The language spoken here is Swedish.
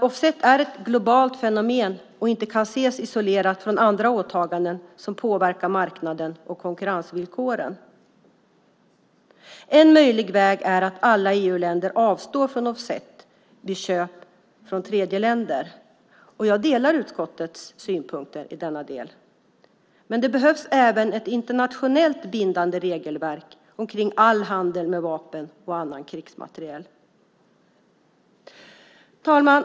Offset är ett globalt fenomen och kan inte ses isolerat från andra åtaganden som påverkar marknaden och konkurrensvillkoren. En möjlig väg är att alla EU-länder avstår från offset vid köp från tredjeländer. Jag delar utskottets synpunkter i denna del. Det behövs även ett internationellt bindande regelverk som rör all handel med vapen och annan krigsmateriel. Herr talman!